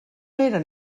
eren